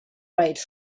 rate